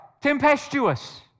Tempestuous